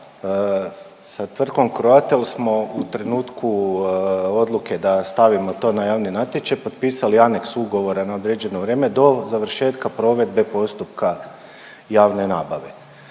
Sa tvrtkom Croatel smo u trenutku odluke da stavimo to na javni natječaj potpisali aneks ugovora na određeno vrijeme do završetka provedbe postupka javne nabave.